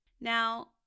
Now